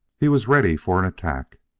he was ready for an attack.